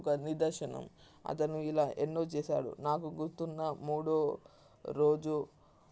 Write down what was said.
ఒక నిదర్శనం అతను ఇలా ఎన్నో చేశాడు నాకు గుర్తున్న మూడో రోజు